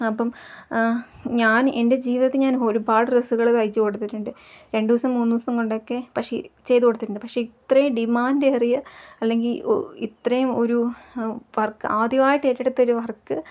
അപ്പം ഞാൻ എൻ്റെ ജീവിതത്തിൽ ഞാൻ ഒരുപാട് ഡ്രസ്സുകൾ തയ്ച്ചു കൊടുത്തിട്ടുണ്ട് രണ്ടു ദിവസം മൂന്നു ദിവസം കൊണ്ടൊക്കെ പക്ഷേ ചെയ്തു കൊടുത്തിട്ടുണ്ട് പക്ഷേ ഇത്രയും ഡിമാൻഡ് ഏറിയ അല്ലെങ്കിൽ ഇത്രയും ഒരു വർക്ക് ആദ്യമായിട്ട് ഏറ്റെടുത്തൊരു വർക്ക്